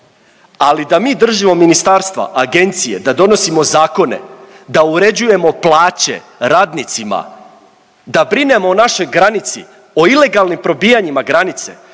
ali da mi držimo ministarstva, agencije, da donosimo zakone, da uređujemo plaće radnicima, da brinemo o našoj granici o ilegalnim probijanjima granice